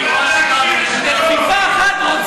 מר חזן, אני מבקש ממך.